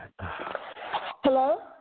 Hello